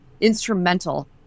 instrumental